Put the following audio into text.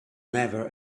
never